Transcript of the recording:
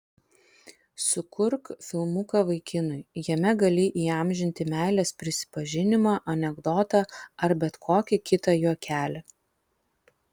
sukurk filmuką vaikinui jame gali įamžinti meilės prisipažinimą anekdotą ar bet kokį kitą juokelį